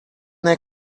der